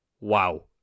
wow